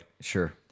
Sure